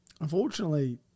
Unfortunately